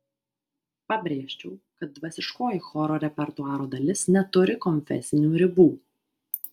pabrėžčiau kad dvasiškoji choro repertuaro dalis neturi konfesinių ribų